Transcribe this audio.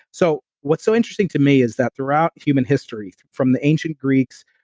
so what's so interesting to me is that throughout human history, from the ancient greeks,